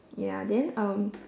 ya then um